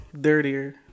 dirtier